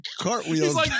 cartwheels